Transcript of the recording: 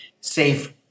safe